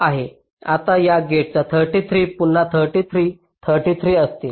तर या गेटला 33 पुन्हा 33 33 असतील